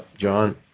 John